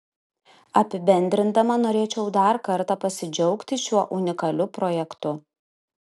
apibendrindama norėčiau dar kartą pasidžiaugti šiuo unikaliu projektu